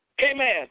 Amen